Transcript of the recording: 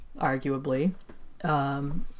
arguably